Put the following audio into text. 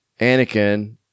Anakin